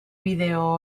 bideo